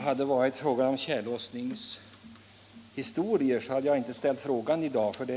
Herr talman!